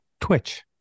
Twitch